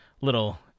little